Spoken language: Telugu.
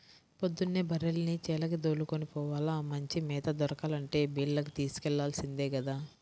పొద్దున్నే బర్రెల్ని చేలకి దోలుకొని పోవాల, మంచి మేత దొరకాలంటే బీల్లకు తోలుకెల్లాల్సిందే గదా